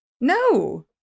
No